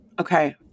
okay